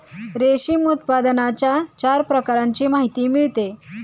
रेशीम उत्पादनाच्या चार प्रकारांची माहिती मिळते